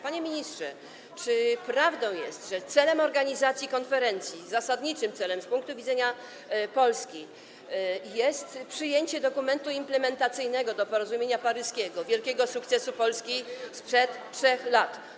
Panie ministrze, czy prawdą jest, że celem organizacji konferencji, zasadniczym celem z punktu widzenia Polski, jest przyjęcie dokumentu implementacyjnego do porozumienia paryskiego, wielkiego sukcesu Polski sprzed 3 lat?